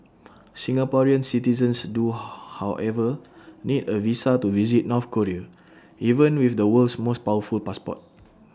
Singaporean citizens do however need A visa to visit North Korea even with the world's most powerful passport